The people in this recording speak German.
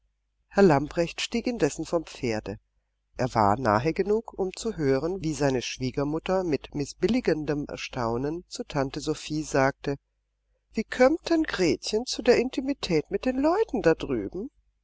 herr lamprecht stieg indessen vom pferde er war nahe genug um zu hören wie seine schwiegermutter mit mißbilligendem erstaunen zu tante sophie sagte wie kömmt denn gretchen zu der intimität mit den leuten da drüben